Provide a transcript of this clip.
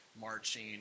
marching